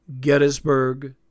Gettysburg